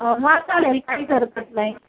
हा चालेल काहीच हरकत नाही